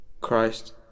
Christ